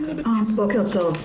בוקר טוב.